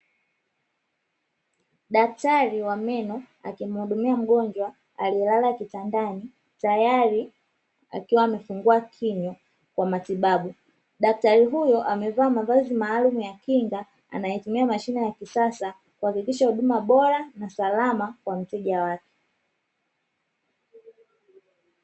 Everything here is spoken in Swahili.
Daktari wa meno akimuhudumia mgonjwa aliyelala kitandani, tayari akiwa amefungua kinywa kwa matibabu. Daktari huyo amevaa mavazi maalumu ya kinga, anayetumia mashine ya kisasa, kuhakikisha huduma bora na salama kwa mteja wake.